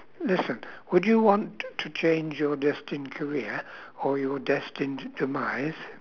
listen would you want to change your destined career or your destined demise